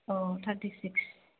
औ थार्टिसिक्स